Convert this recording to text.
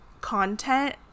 content